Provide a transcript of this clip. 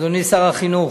אדוני שר החינוך,